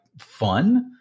fun